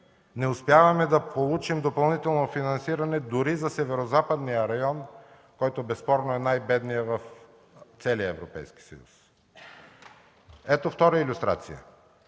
Не успяваме да получим допълнително финансиране дори за Северозападния район, който безспорно е най-бедният в целия Европейски съюз. Ето втора илюстрация.